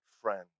friend